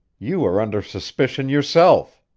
you are under suspicion yourself.